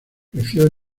creció